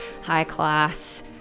high-class